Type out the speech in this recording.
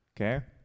Okay